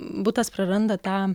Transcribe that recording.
butas praranda tą